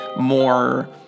more